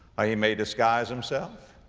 ah he may disguise himself.